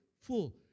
full